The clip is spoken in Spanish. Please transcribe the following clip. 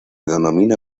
denomina